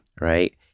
right